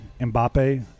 Mbappe